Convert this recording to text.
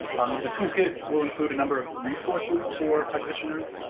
um the toolkit will include a number of resources for practitioners,